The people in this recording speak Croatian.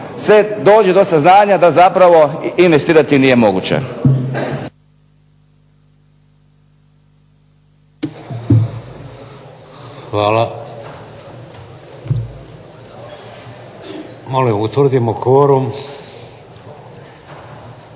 se dođe do saznanja da zapravo investirati nije moguće. **Šeks, Vladimir